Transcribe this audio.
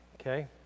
Okay